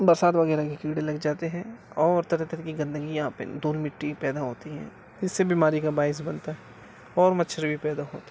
برسات وغیرہ کے کیڑے لگ جاتے ہیں اور طرح طرح کی گندگیاں دھول مٹی پیدا ہوتی ہیں اس سے بیماری کا باعث بنتا ہے اور مچھر بھی پیدا ہوتے ہیں